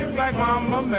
like momma